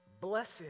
Blessed